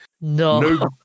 No